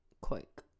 Quick